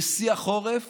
בשיא החורף